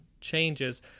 changes